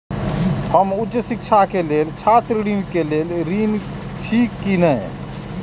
हम उच्च शिक्षा के लेल छात्र ऋण के लेल ऋण छी की ने?